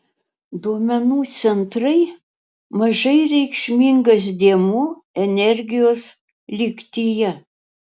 duomenų centrai mažai reikšmingas dėmuo energijos lygtyje